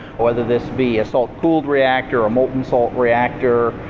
whether this be a salt cooled reactor, a molten-salt reactor,